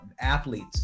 athletes